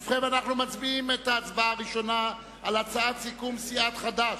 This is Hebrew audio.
ובכן, אנו מצביעים על הצעת הסיכום של סיעת חד"ש.